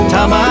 Time